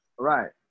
Right